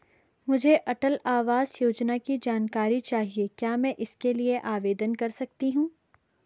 मुझे अटल आवास योजना की जानकारी चाहिए क्या मैं इसके लिए आवेदन कर सकती हूँ?